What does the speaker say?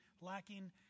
lacking